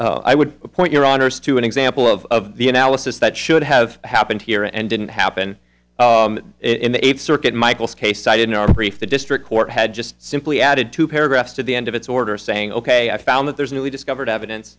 incorrect i would point your honour's to an example of the analysis that should have happened here and didn't happen in the eight circuit michael's case cited in our brief the district court had just simply added two paragraphs to the end of its order saying ok i found that there's a newly discovered evidence